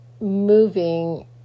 moving